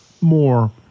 more